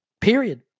Period